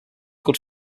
good